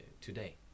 today